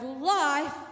life